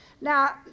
now